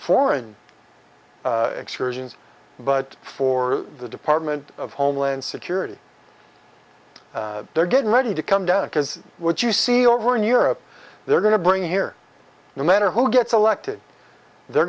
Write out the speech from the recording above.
foreign experience but for the department of homeland security they're getting ready to come down because what you see over in europe they're going to bring here no matter who gets elected they're